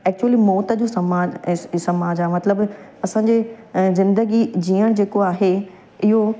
actually मौत जो समाज ऐं समाज आहे मतिलबु असांजे ज़िंदगी जीअणु जेको आहे इहो